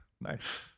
nice